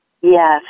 Yes